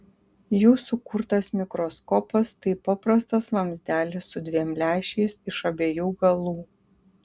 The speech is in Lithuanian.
jų sukurtas mikroskopas tai paprastas vamzdelis su dviem lęšiais iš abiejų galų